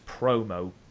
promo